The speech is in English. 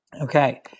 Okay